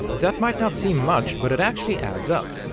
that might not seem much, but it actually adds up.